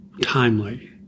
timely